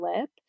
lip